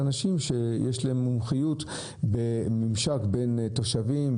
לאנשים שיש להם מומחיות במימשק בין תושבים,